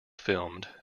filmed